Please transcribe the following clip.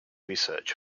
research